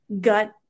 gut